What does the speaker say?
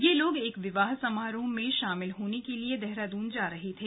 यह लोग एक विवाह समारोह में शामिल होने के लिए देहराद्न जा रहे थे